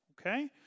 okay